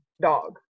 dog